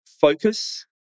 focus